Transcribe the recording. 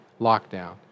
lockdown